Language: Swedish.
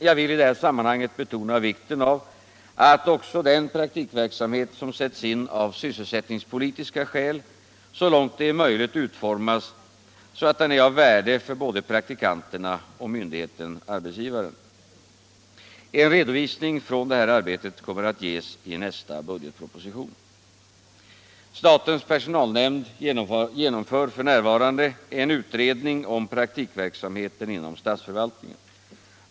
Jag vill i detta sammanhang betona vikten av att även den praktikverksamhet som sätts in av sysselsättningspolitiska skäl så långt det är möjligt utformas så, att den är av värde för både praktikanterna och myndigheten-arbetsgivaren. En redovisning från detta arbete kommer att ges i nästa budgetproposition. Statens personalnämnd genomför f.n. en utredning om praktikverksamheten inom statsförvaltningen.